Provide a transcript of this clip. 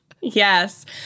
Yes